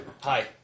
Hi